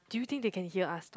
do you think they can hear us talk